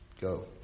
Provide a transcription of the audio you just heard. go